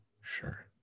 Sure